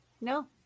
No